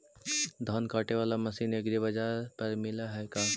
धान काटे बाला मशीन एग्रीबाजार पर मिल है का?